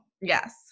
Yes